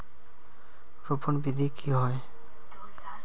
रोपण विधि की होय?